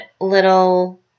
little